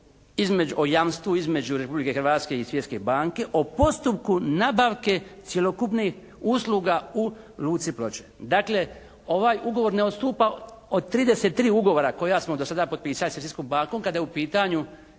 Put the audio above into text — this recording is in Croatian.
o jamstvu između Republike Hrvatske i Svjetske banke o postupku nabavke cjelokupnih usluga u luci Ploče. Dakle ovaj ugovor ne odstupa od 33 ugovora koja smo do sada potpisali sa Svjetskom bankom kada je u pitanju